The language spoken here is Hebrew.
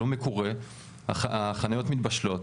הוא לא מקורה והחניות מתבשלות.